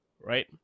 Right